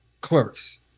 clerks